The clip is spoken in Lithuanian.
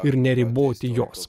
ir neriboti jos